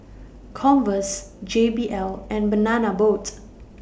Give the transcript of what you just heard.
Converse J B L and Banana Boat